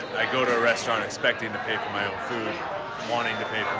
i go to a restaurant expecting to pay for my own food wanting to pay